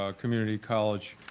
ah community college